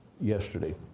yesterday